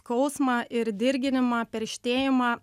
skausmą ir dirginimą perštėjimą